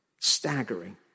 staggering